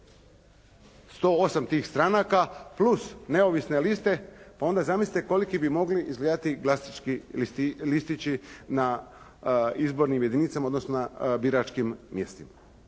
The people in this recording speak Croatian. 108 tih stranaka plus neovisne liste pa onda zamislite koliki bi mogli izgledati glasački listići na izbornim jedinicama, odnosno na biračkim mjestima.